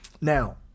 now